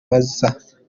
bizaba